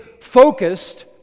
focused